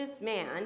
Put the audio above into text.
man